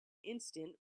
instant